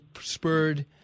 spurred